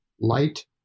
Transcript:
Light